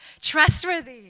trustworthy